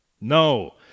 no